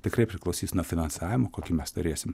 tikrai priklausys nuo finansavimo kokį mes turėsim